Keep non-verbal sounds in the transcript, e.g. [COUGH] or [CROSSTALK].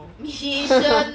[LAUGHS]